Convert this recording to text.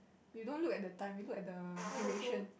you don't look at the time you look at the duration